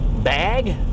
bag